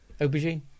Aubergine